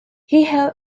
heehaw